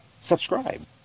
subscribe